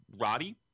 Roddy